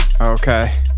Okay